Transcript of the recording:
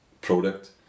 product